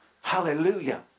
Hallelujah